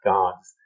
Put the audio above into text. God's